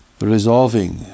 Resolving